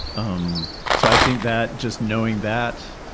um so i think that just knowing that,